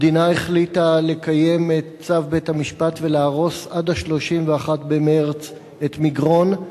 המדינה החליטה לקיים את צו בית-המשפט ולהרוס עד 31 במרס את מגרון.